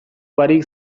barik